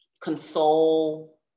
console